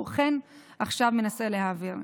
והוא אכן עכשיו מנסה להעביר.